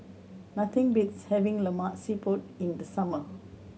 nothing beats having Lemak Siput in the summer